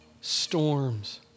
storms